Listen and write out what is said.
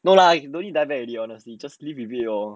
no lah no need dye back already honestly just let it be lor